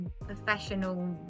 professional